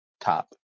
top